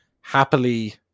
Happily